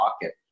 pocket